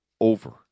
over